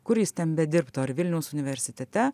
kur jis ten bedirbtų ar vilniaus universitete